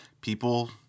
people